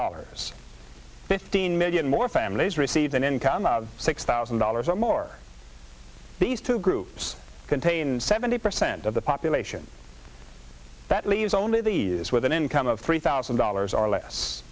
dollars fifteen million more families receive an income of six thousand dollars or more these two groups contain seventy percent of the population that leaves only these with an income of three thousand dollars or less